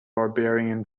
barbarian